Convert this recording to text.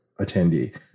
attendee